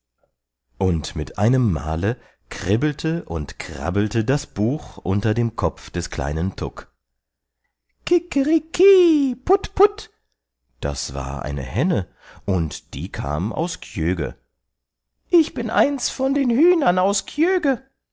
und mit einem male kribbelte und krabbelte das buch unter dem kopf des kleinen tuk kikeriki putput das war eine henne und die kam aus kjöge ich bin eins von den hühnern aus